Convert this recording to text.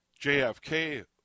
JFK